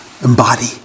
embody